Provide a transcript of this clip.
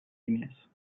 diners